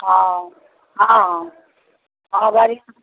हँ हँ हँ हँ हँ बजियौ